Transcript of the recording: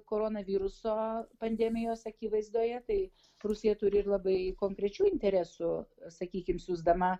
koronaviruso pandemijos akivaizdoje tai rusija turi ir labai konkrečių interesų sakykim siųsdama